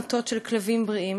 יש פחות המתות של כלבים בריאים.